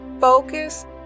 focus